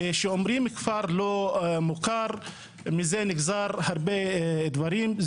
כששומעים כפר לא מוכר מזה נגזר הרבה דברים.